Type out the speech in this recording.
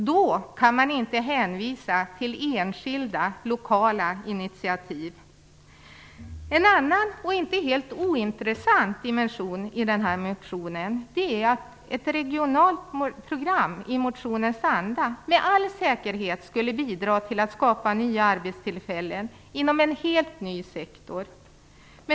Då kan man inte hänvisa till enskilda lokala initiativ. En annan och inte helt ointressant dimension i den här motionen är att ett regionalt program i motionens anda med all säkerhet skulle bidra till att skapa nya arbetstillfällen inom en helt ny sektor.